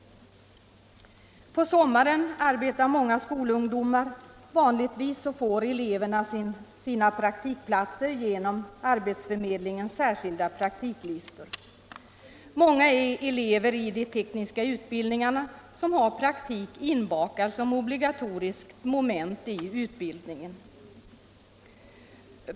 På sommaren arbetar många skolungdomar. Vanligtvis får eleverna sina praktikplatser genom arbetsförmedlingens särskilda praktiklistor. Många är elever i de tekniska utbildningarna, som har praktik inbakad som obligatoriskt moment i utbildningen.